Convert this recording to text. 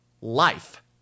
life